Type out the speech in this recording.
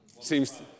seems